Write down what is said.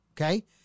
okay